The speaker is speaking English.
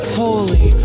holy